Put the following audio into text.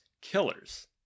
killers